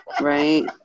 Right